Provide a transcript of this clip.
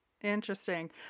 Interesting